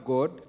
God